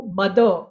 mother